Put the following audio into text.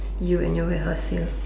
you and your warehouse sale